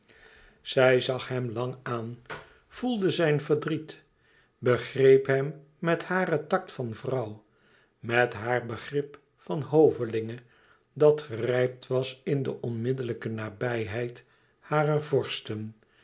zij zag hem lang aan voelde zijn verdriet begreep hem met haren tact van vrouw met haar begrip van hovelinge dat gerijpt was in de onmiddelijke nabijheid harer vorsten